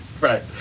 right